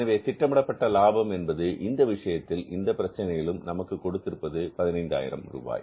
எனவே திட்டமிடப்பட்ட லாபம் என்பது இந்த விஷயத்தில் இந்த பிரச்சனையிலும் நமக்கு கொடுத்திருப்பது 15000 ரூபாய்